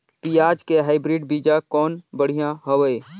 पियाज के हाईब्रिड बीजा कौन बढ़िया हवय?